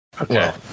Okay